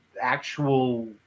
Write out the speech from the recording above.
actual